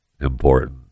important